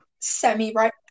semi-right